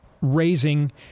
raising